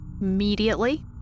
immediately